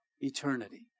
eternity